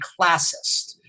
classist